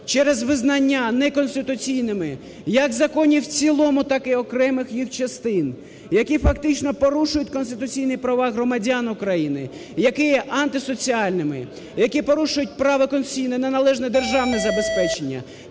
через визнання не конституційними як законів в цілому так і окремих їх частин, які фактично порушують конституційні права громадян України, які є антисоціальними. Які порушують право конституційне на належне державне забезпечення,